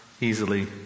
easily